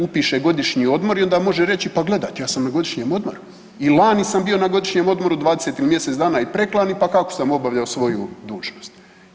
Upiše godišnji odmor i onda može reći pa gledajte, ja sam na godišnjem odmoru, i lani sam bio na godišnjem odmoru 20 ili mjesec dan i preklani, pa kako sam obavljao svoju dužnost?